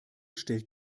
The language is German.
stellt